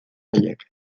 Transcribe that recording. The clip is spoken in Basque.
haiek